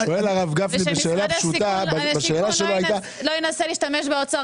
שואל הרב גפני שאלה פשוטה --- שמשרד השיכון לא ינסה להשתמש באוצר